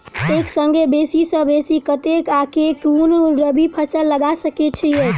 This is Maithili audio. एक संगे बेसी सऽ बेसी कतेक आ केँ कुन रबी फसल लगा सकै छियैक?